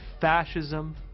fascism